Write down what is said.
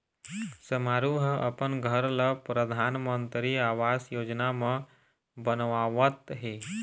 समारू ह अपन घर ल परधानमंतरी आवास योजना म बनवावत हे